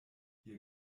ihr